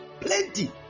Plenty